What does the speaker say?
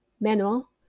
manual